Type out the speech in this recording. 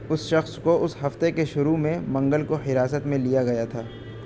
اس شخص کو اس ہفتے کے شروع میں منگل کو حراست میں لیا گیا تھا